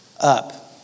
up